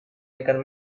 ikan